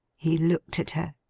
he looked at her,